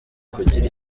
kugira